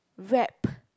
wrap